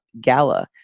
gala